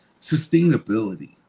sustainability